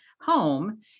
home